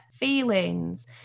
feelings